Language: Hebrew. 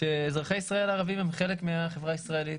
שאזרחי ישראל הערבים הם חלק מהחברה הישראלית,